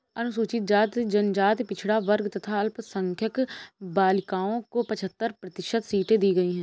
अनुसूचित जाति, जनजाति, पिछड़ा वर्ग तथा अल्पसंख्यक बालिकाओं को पचहत्तर प्रतिशत सीटें दी गईं है